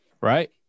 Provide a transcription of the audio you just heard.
right